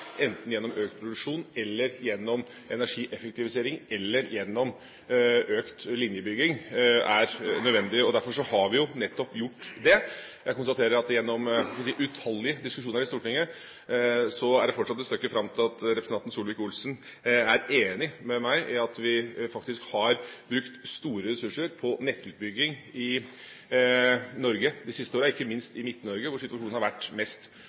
enten gjennom økt produksjon, gjennom energieffektivisering eller gjennom økt linjebygging, som er nødvendig. Derfor har vi jo nettopp gjort det. Jeg konstaterer at etter utallige diskusjoner i Stortinget er det fortsatt et stykke fram til at representanten Solvik-Olsen er enig med meg i at vi faktisk har brukt store ressurser på nettutbygging i Norge de siste åra, ikke minst i Midt-Norge, hvor situasjonen har vært mest